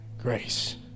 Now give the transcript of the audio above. grace